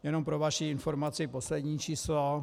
Jenom pro vaši informaci poslední číslo.